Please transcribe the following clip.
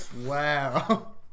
Wow